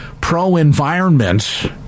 pro-environment